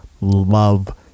love